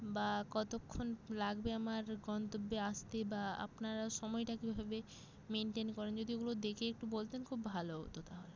বা কতোক্ষণ লাগবে আমার গন্তব্যে আসতে বা আপনারা সময়টা কীভাবে মেনটেন করেন যদি ওগুলো দেখে একটু বলতেন খুব ভালো হতো তাহলে